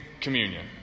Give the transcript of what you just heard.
communion